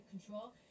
control